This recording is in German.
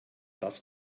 das